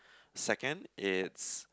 second it's